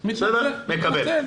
מקבל.